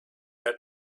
had